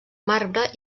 marbre